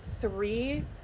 three